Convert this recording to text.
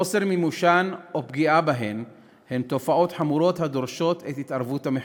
חוסר מימושן או פגיעה בהן היא תופעה חמורה הדורשת התערבות של המחוקק.